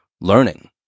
learning